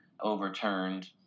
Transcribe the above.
overturned